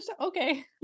okay